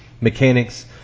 mechanics